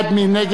מי נגד?